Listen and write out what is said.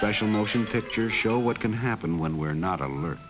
session motion pictures show what can happen when we're not alert